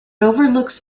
overlooks